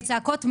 של צעקות,